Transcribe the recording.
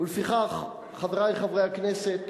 ולפיכך, חברי חברי הכנסת,